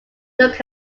look